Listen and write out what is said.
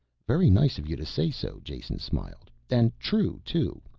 very nice of you to say so, jason smiled. and true, too.